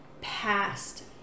Past